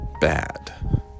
bad